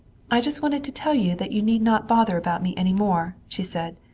i just wanted to tell you that you need not bother about me any more, she said.